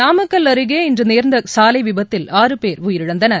நாமக்கல் அருகே இன்று நேர்ந்த சாலை விபத்தில் ஆறு பேர் உயிரிழந்தனர்